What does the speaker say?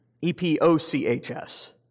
E-P-O-C-H-S